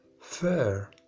fair